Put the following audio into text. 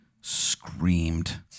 screamed